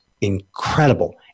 incredible